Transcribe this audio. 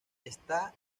está